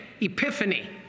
epiphany